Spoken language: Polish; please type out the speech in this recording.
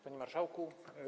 Panie Marszałku!